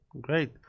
great